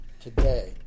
today